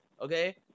okay